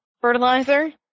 fertilizer